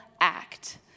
act